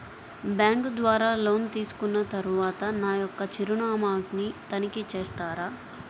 Bank ద్వారా loan తీసుకున్న తరువాత నా యొక్క చిరునామాని తనిఖీ చేస్తారా?